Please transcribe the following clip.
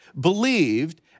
believed